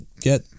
get